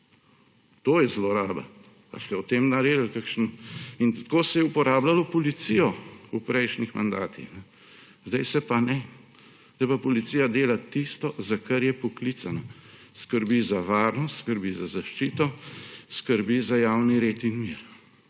To je zloraba. Ali ste naredili o tem kakšen …? In tako se je uporabljalo policijo v prejšnjih mandatih. Zdaj se pa ne, zdaj pa policija dela tisto, za kar je poklicana. Skrbi za varnost, skrbi za zaščito, skrbi za javni red in mir,